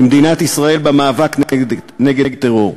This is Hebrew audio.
למדינת ישראל במאבק נגד טרור.